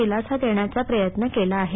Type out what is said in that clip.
दिलासा देण्याचा प्रयत्न केला आहे